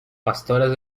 pastores